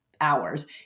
Hours